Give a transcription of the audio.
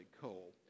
coal